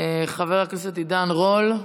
חבר הכנסת עידן רול,